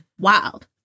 Wild